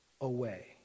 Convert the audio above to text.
away